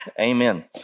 Amen